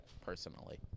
personally